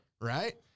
Right